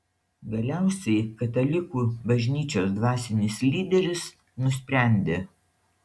galiausiai katalikų bažnyčios dvasinis lyderis nusprendė